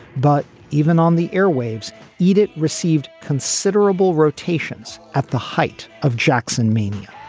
but even on the airwaves eat. it received considerable rotations at the height of jackson mania.